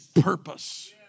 purpose